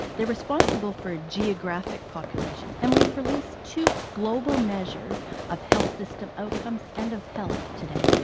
they are responsible for a geographic population, and we've released two global measures of health system outcomes and of health today,